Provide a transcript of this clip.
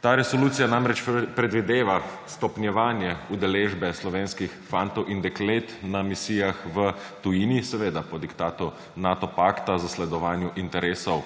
Ta resolucija namreč predvideva stopnjevanje udeležbe slovenskih fantov in deklet na misijah v tujini, seveda po diktatu Nato pakta, zasledovanju interesov